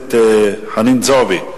הכנסת חנין זועבי.